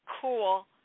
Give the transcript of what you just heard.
cool